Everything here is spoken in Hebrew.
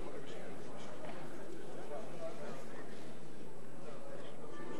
אדוני היושב-ראש,